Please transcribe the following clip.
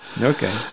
Okay